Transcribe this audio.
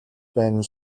байна